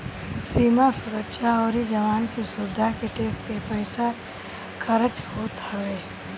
सीमा सुरक्षा अउरी जवान की सुविधा पे टेक्स के पईसा खरच होत हवे